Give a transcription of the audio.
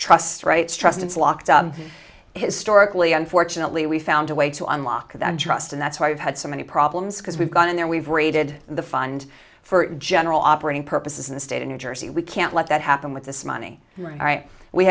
up historically unfortunately we found a way to unlock that trust and that's why we've had so many problems because we've gone in there we've rated the fund for general operating purposes in the state of new jersey we can't let that happen with this money all right we